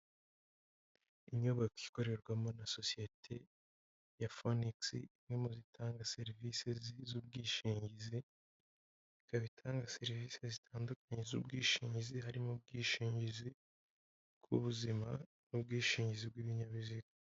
Inyubako ikorerwamo na sosiyete ya Phoenix, imwe mu zitanga serivise z'ubwishingizi, ikaba itanga serivise zitandukanye z'ubwishingizi, harimo ubwishingizi bw'ubuzima, n'ubwishingizi bw'ibinyabiziga.